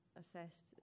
assessed